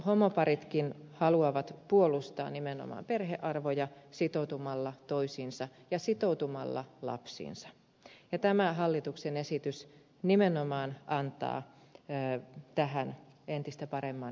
homoparitkin haluavat puolustaa nimenomaan perhearvoja sitoutumalla toisiinsa ja sitoutumalla lapsiinsa ja tämä hallituksen esitys nimenomaan antaa tähän entistä paremman mahdollisuuden